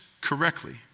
correctly